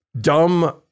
dumb